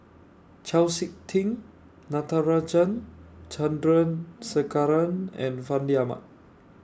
Chau Sik Ting Natarajan Chandrasekaran and Fandi Ahmad